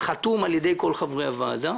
כשזה חתום על ידי כל חברי הוועדה.